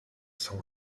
saw